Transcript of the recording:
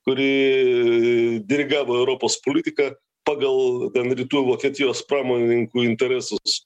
kuri dirigavo europos politiką pagal vien rytų vokietijos pramonininkų interesus